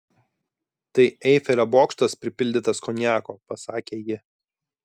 tai eifelio bokštas pripildytas konjako pasakė ji